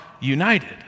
united